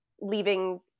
leaving